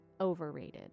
overrated